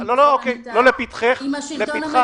זה מונח אם לא לפתחכם?